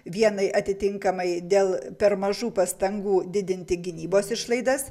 vienai atitinkamai dėl per mažų pastangų didinti gynybos išlaidas